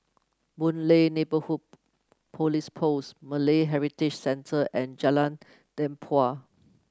Boon Lay Neighbourhood Police Post Malay Heritage Centre and Jalan Tempua